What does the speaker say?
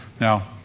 Now